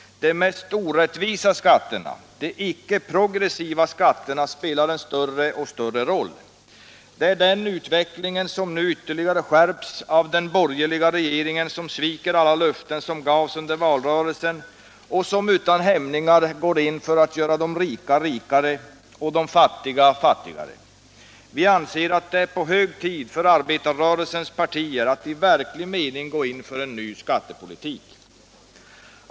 De mest orättvisa skatterna, de icke progressiva skatterna, spelar en större och större roll. Det är den utvecklingen som nu ytterligare skärps av den borgerliga regeringen, som sviker alla löften som gavs under valrörelsen och som utan hämningar går in för att göra de rika rikare och de fattiga fattigare. Vi anser att det är hög tid för arbetarrörelsens partier att i verklig mening gå in bl.a. för en helt ny skattepolitik.